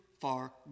far